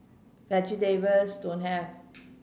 vegetables don't have